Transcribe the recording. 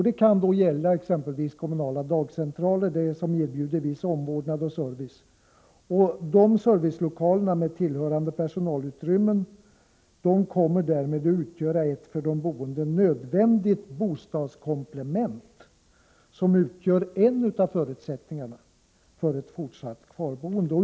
Det kan då gälla kommunala dagcentraler, som erbjuder viss omvårdnad och service. Servicelokalerna med tillhörande personalutrymmen kommer därmed att utgöra ett för de boende nödvändigt bostadskomplement, som är en av förutsättningarna för ett fortsatt kvarboende.